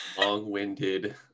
Long-winded